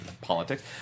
Politics